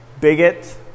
bigot